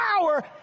power